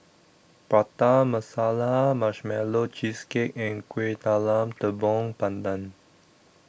Prata Masala Marshmallow Cheesecake and Kueh Talam Tepong Pandan